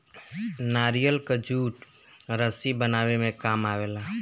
नारियल कअ जूट रस्सी बनावे में काम आवेला